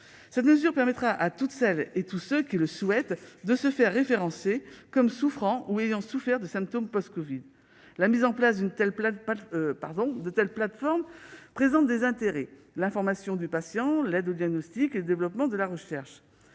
patients. Il permettra à toutes celles et à tous ceux qui le souhaitent de se faire référencer comme souffrant ou ayant souffert de symptômes post-covid. La mise en place d'une telle plateforme présente d'indéniables intérêts, au premier rang desquels l'information du patient, l'aide au diagnostic et le développement de la recherche.